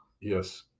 Yes